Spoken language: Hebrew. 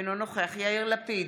אינו נוכח יאיר לפיד,